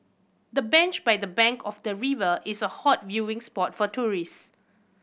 the bench by the bank of the river is a hot viewing spot for tourists